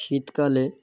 শীতকালে